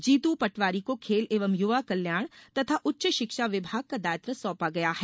जीतू पटवारी को खेल एवं युवा कल्याण तथा उच्च शिक्षा विभाग को दायित्व सौंपा गया है